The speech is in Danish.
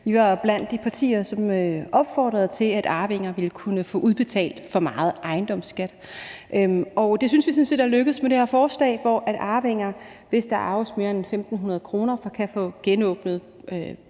Vi var blandt de partier, som opfordrede til, at arvinger ville kunne få udbetalt for meget indbetalt ejendomsskat, og det synes vi sådan set er lykkedes med det her forslag, hvor arvingerne, hvis der arves mere end 1.500 kr., kan få genåbnet